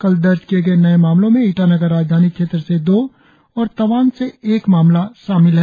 कल दर्ज किए गए नए मामलों में ईटानगर राजधानी क्षेत्र से दो और तवांग से एक मामला शामिल है